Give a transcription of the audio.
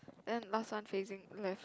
then last one facing left